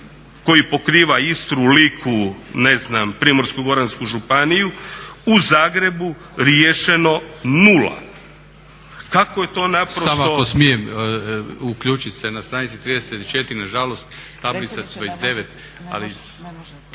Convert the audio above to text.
koji pokriva Istru, Liku, ne znam Primorsko-goransku županiju, u Zagrebu riješeno 0. Kako je to naprosto **Hrvatin, Branko** Samo ako smijem uključiti se na stranici 34. nažalost tablica 29.